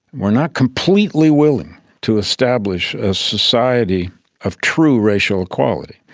were not completely willing to establish a society of true racial equality.